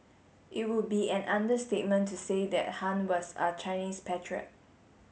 it would be an understatement to say that Han was a Chinese patriot